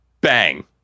bang